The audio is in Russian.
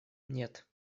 нет